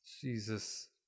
Jesus